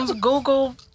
Google